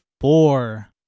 four